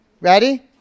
Ready